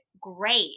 great